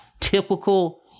typical